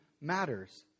matters